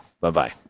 Bye-bye